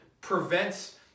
prevents